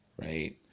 right